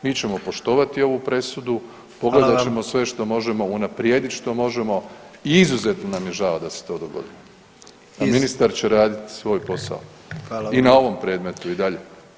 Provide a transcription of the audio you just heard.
Mi ćemo poštovati ovu presudu [[Upadica predsjednik: Hvala vam.]] pogledat ćemo sve što možemo, unaprijedit što možemo i izuzetno nam je žao da se to dogodilo, a ministar će raditi svoj posao [[Upadica predsjednik: Hvala vam.]] i na ovom predmetu i dalje.